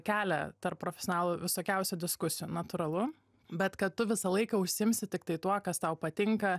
kelia tarp profesionalų visokiausių diskusijų natūralu bet kad tu visą laiką užsiimsi tiktai tuo kas tau patinka